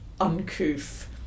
uncouth